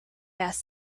asked